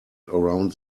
around